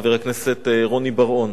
חבר הכנסת רוני בר-און.